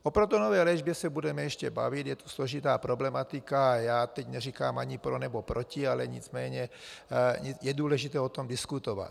O protonové léčbě se budeme ještě bavit, je to složitá problematika, a já teď neříkám ani pro nebo proti, ale nicméně je důležité o tom diskutovat.